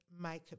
make